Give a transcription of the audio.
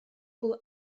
было